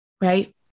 right